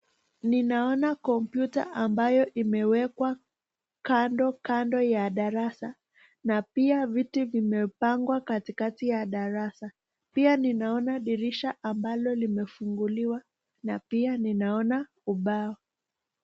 Ninaona kompyuta ambayo imewekwa kando kando ya darasa na pia viti vimepangwa katikati ya darasa, pia ninaona dirisha ambalo limefunguliwa na pia ninaona ubao.